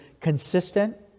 consistent